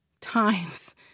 times